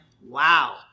Wow